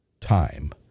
time